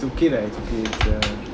it's okay lah it's okay it's uh